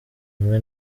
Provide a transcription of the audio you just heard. imwe